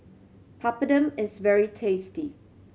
Papadum is very tasty